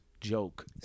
joke